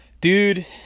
Dude